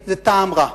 זה טעם רע.